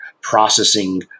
processing